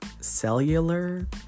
cellular